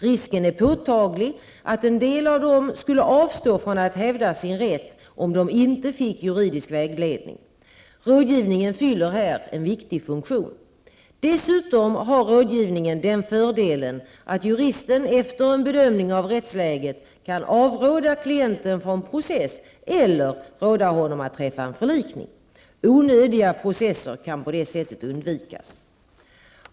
Risken är påtaglig att en del av dem skulle avstå från att hävda sin rätt om de inte fick juridisk vägledning. Rådgivningen fyller här en viktig funktion. Dessutom har rådgivningen den fördelen att juristen efter en bedömning av rättsläget kan avråda klienten från process eller råda honom att träffa en förlikning. Onödiga processer kan på det sättet undvikas.